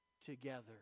together